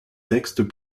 textes